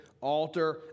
altar